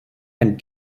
and